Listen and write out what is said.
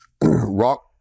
Rock